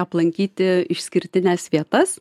aplankyti išskirtines vietas